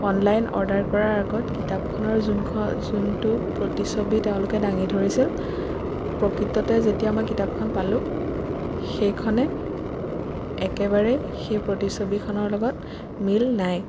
online order কৰাৰ আগত কিতাপখনৰ যোনখন যোনটো প্ৰতিচ্ছবি তেওঁলোকে দাঙি ধৰিছিল প্ৰকৃততে যেতিয়া মই কিতাপখন পালোঁ সেইখনে একেবাৰে সেই প্ৰতিচ্ছবিখনৰ লগত মিল নাই